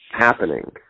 happening